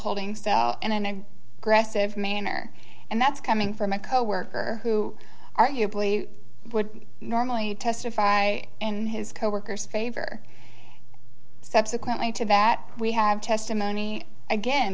holdings and aggressive manner and that's coming from a coworker who arguably would normally testify in his coworkers favor subsequently to that we have testimony again